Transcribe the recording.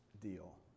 deal